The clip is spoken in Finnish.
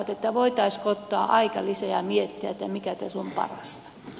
voitaisiinko ottaa aikalisä ja miettiä mikä tässä on parasta